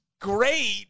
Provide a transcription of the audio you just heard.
great